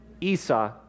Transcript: Esau